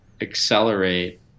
accelerate